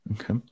Okay